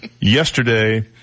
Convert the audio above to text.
yesterday